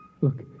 Look